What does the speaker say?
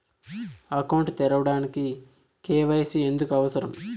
Account తెరవడానికి, KYC ఎందుకు అవసరం?